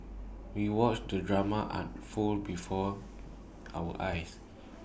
we watched the drama unfold before our eyes